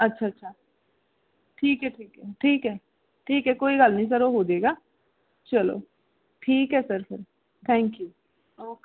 ਅੱਛਾ ਅੱਛਾ ਠੀਕ ਹੈ ਠੀਕ ਹੈ ਠੀਕ ਹੈ ਠੀਕ ਹੈ ਕੋਈ ਗੱਲ ਨਹੀਂ ਸਰ ਉਹ ਹੋਜੇਗਾ ਚਲੋ ਠੀਕ ਹੈ ਸਰ ਫਿਰ ਥੈਂਕ ਯੂ ਓਕੇ